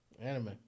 Anime